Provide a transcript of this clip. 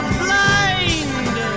blind